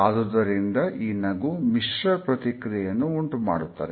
ಆದುದರಿಂದ ಈ ನಗು ಮಿಶ್ರ ಪ್ರತಿಕ್ರಿಯೆಯನ್ನು ಉಂಟುಮಾಡುತ್ತದೆ